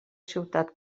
ciutat